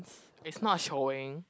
it's not showing